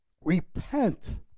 Repent